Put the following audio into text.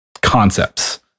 concepts